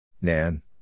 Nan